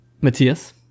Matthias